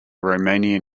romanian